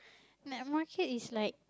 night market is like